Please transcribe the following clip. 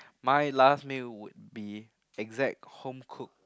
my last meal would be exact home cook